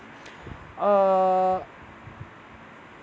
err